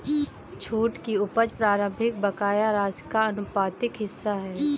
छूट की उपज प्रारंभिक बकाया राशि का आनुपातिक हिस्सा है